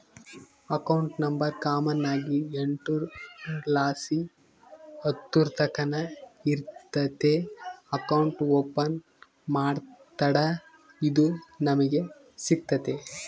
account number common ಆಗಿ ಎಂಟುರ್ಲಾಸಿ ಹತ್ತುರ್ತಕನ ಇರ್ತತೆ ಅಕೌಂಟ್ ಓಪನ್ ಮಾಡತ್ತಡ ಇದು ನಮಿಗೆ ಸಿಗ್ತತೆ